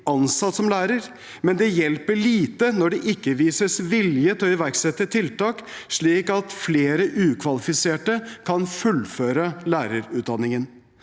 ansatt som lærer, men det hjelper lite når det ikke vises vilje til å iverksette tiltak, slik at flere ukvalifiserte kan fullføre lærerutdanningen.